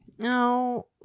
No